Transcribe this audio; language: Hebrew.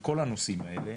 כל הנושאים האלה.